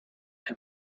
him